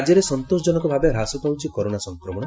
ରାଜ୍ୟରେ ସନ୍ତୋଷଜନକଭାବେ ହ୍ରାସ ପାଉଛି କରୋନା ସଂକ୍ରମଣ